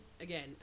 again